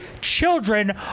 children